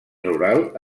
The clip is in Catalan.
rural